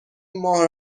ماه